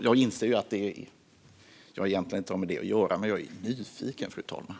Jag inser att jag egentligen inte har med det att göra. Men jag är nyfiken, fru talman.